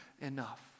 enough